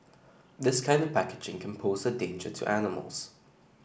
this kind of packaging can pose a danger to animals